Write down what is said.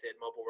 Mobile